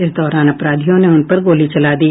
इसी दौरान अपराधियों ने उन पर गोली चला दी